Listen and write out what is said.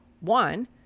one